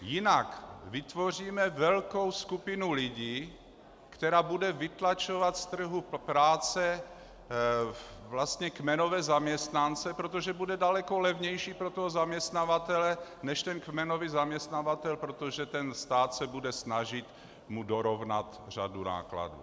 Jinak vytvoříme velkou skupinu lidí, která bude vytlačovat z trhu práce vlastně kmenové zaměstnance, protože bude daleko levnější pro toho zaměstnavatele, než ten kmenový zaměstnavatel , protože ten stát se bude snažit mu dorovnat řadu nákladů.